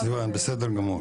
בסדר גמור,